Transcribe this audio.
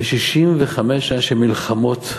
ו-65 שנה של מלחמות,